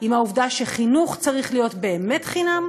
עם העובדה שחינוך צריך להיות באמת חינם,